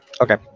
Okay